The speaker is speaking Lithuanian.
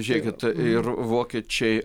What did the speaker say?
žiūrėkit ir vokiečiai